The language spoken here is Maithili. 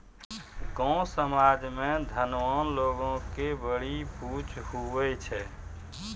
गाँव समाज मे धनवान लोग के बड़ी पुछ हुवै छै